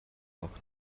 auch